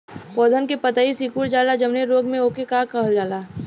पौधन के पतयी सीकुड़ जाला जवने रोग में वोके का कहल जाला?